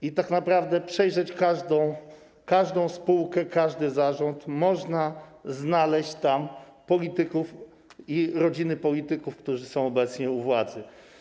I tak naprawdę, gdyby przejrzeć każdą spółkę, każdy zarząd, można znaleźć tam polityków i rodziny polityków, którzy są obecnie u władzy.